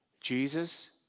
jesus